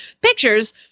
pictures